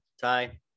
Ty